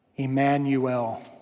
Emmanuel